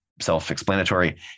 self-explanatory